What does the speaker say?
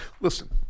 Listen